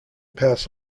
pass